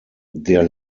der